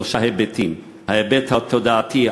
שלושה היבטים: ההיבט התודעתי,